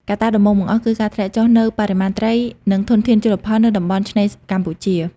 កត្តាដំបូងបង្អស់គឺការធ្លាក់ចុះនូវបរិមាណត្រីនិងធនធានជលផលនៅតំបន់ឆ្នេរកម្ពុជា។